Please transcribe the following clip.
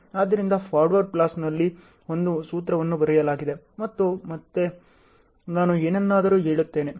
ಆದ್ದರಿಂದ ಫಾರ್ವರ್ಡ್ ಪಾಸ್ನಲ್ಲಿ ಒಂದು ಸೂತ್ರವನ್ನು ಬರೆಯಲಾಗಿದೆ ಮತ್ತು ಮತ್ತೆ ನಾನು ಏನನ್ನಾದರೂ ಹೇಳುತ್ತೇನೆ